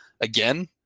Again